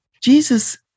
Jesus